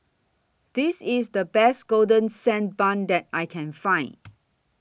This IS The Best Golden Sand Bun that I Can Find